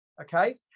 Okay